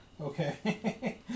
Okay